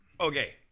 Okay